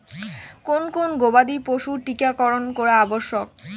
কোন কোন গবাদি পশুর টীকা করন করা আবশ্যক?